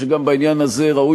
כמה תיקונים בחוק ההוצאה לפועל,